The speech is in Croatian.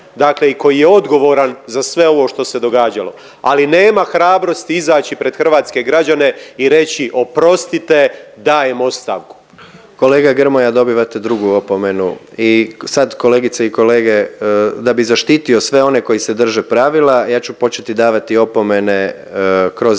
i koji je odgovoran za sve ovo što se događalo. Ali nema hrabrosti izaći pred hrvatske građane i reći oprostite dajem ostavku. **Jandroković, Gordan (HDZ)** Kolega Grmoja dobivate drugu opomenu. I sad kolegice i kolege da bi zaštitio sve one koji se drže pravila ja ću početi davati opomene kroz jednu